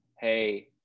hey